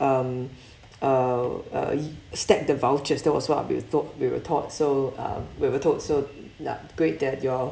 um uh uh stack the vouchers that was what we were told we were thought so uh we were told so ya great that your